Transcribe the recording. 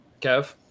Kev